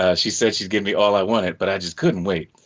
ah she said she'd give me all i wanted, but i just couldn't wait.